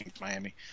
Miami